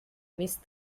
missed